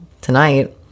tonight